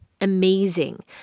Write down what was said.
amazing